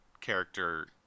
character